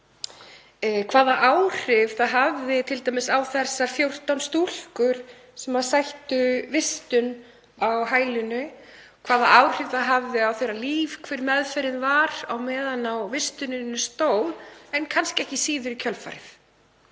hvaða áhrif það hafði t.d. á þessar 14 stúlkur sem sættu vistun á hælinu, hvaða áhrif það hafði á líf þeirra og hver meðferðin var á meðan á vistuninni stóð, en kannski ekki síður í kjölfarið.